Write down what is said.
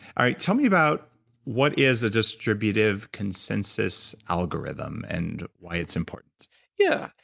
ah tell me about what is a distributive consensus algorithm, and why it's important yeah,